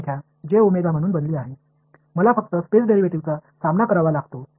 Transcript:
இது j omega என்ற நிலையான எண்ணாக மாறிவிட்டது எனவே நான் ஸ்பேஸ் டெரிவேட்டிவ்ஸ் களை மட்டுமே தொடர்பு கொள்ள வேண்டும்